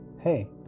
Hey